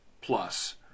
plus